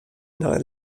nei